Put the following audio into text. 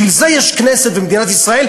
בשביל זה יש כנסת ומדינת ישראל,